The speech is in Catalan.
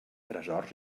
tresors